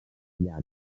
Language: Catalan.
llac